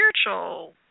spiritual